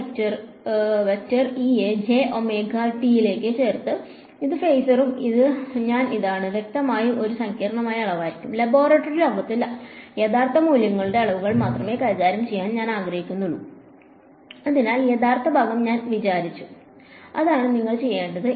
ഞാൻ e യെ j omega t ലേക്ക് ചേർത്തിട്ടുണ്ട് അത് ഫേസറും ഞാൻ ഇതാണ് വ്യക്തമായും ഒരു സങ്കീർണ്ണമായ അളവായിരിക്കും ലബോറട്ടറി ലോകത്ത് യഥാർത്ഥ മൂല്യമുള്ള അളവുകൾ മാത്രമേ കൈകാര്യം ചെയ്യാൻ ഞാൻ ആഗ്രഹിക്കുന്നുള്ളൂ അതിനാൽ യഥാർത്ഥ ഭാഗം എടുത്ത് ഞാൻ വിവരിച്ചു അതാണ് ഞങ്ങൾ ചെയ്യേണ്ടത്